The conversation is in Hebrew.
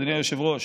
אדוני היושב-ראש,